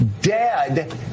dead